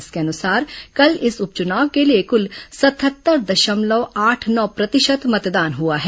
इसके अनुसार कल इस उपचुनाव के लिए कुल सतहत्तर दशमलव आठ नौ प्रतिशत मतदान हुआ है